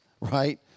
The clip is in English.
right